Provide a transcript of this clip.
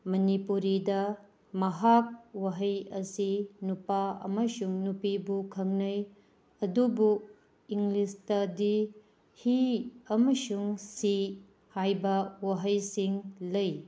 ꯃꯅꯤꯄꯨꯔꯤꯗ ꯃꯍꯥꯛ ꯋꯥꯍꯩ ꯑꯁꯤ ꯅꯨꯄꯥ ꯑꯃꯁꯨꯡ ꯅꯨꯄꯤꯕꯨ ꯈꯪꯅꯩ ꯑꯗꯨꯕꯨ ꯏꯪꯂꯤꯁꯇꯗꯤ ꯍꯤ ꯑꯃꯁꯨꯡ ꯁꯤ ꯍꯥꯏꯕ ꯋꯥꯍꯩꯁꯤꯡ ꯂꯩ